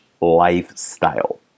lifestyle